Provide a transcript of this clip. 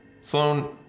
Sloane